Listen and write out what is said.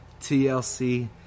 tlc